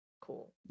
Cool